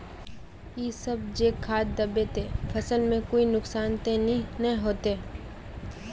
इ सब जे खाद दबे ते फसल में कुछ नुकसान ते नय ने होते